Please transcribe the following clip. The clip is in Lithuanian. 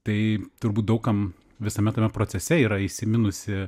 tai turbūt daug kam visame tame procese yra įsiminusi